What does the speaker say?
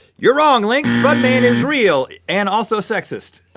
you're wrong, link! spudman is real and also sexist.